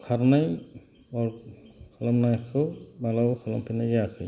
खारनाय वर्क खालामनायखौ मालाबाबो खालामफेरनाय जायाखै